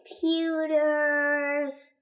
computers